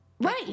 right